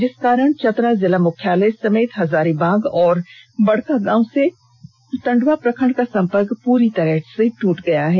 जिसके कारण चतरा जिला मुख्यालय समेत हजारीबाग व बड़कागांव से टंडवा प्रखंड का संपर्क प्ररी तरह ट्रट गया है